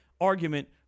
argument